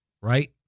right